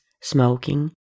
smoking